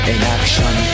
Inaction